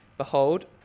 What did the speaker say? Behold